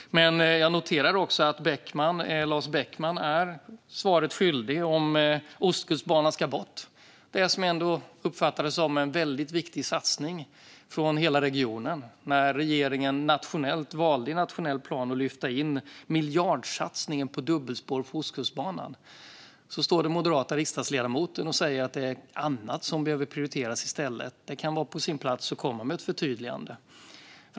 Jag noterar också att Lars Beckman är svaret skyldig om Ostkustbanan ska bort. Jag uppfattade det som en väldigt viktig satsning för hela regionen när regeringen i nationell plan valde att lyfta in miljardsatsningen på dubbelspår på Ostkustbanan. Nu står den moderata riksdagsledamoten och säger att det är annat som behöver prioriteras i stället. Det kan vara på sin plats att komma med ett förtydligande.